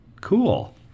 Cool